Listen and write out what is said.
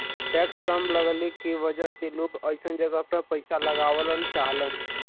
tax कम लगले के वजह से लोग अइसन जगह पर पइसा लगावल चाहलन